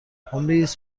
ﻋﻤﺮﯾﺴﺖ